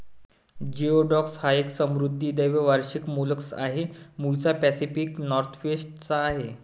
geoduck हा एक समुद्री द्वैवार्षिक मोलस्क आहे, मूळचा पॅसिफिक नॉर्थवेस्ट चा आहे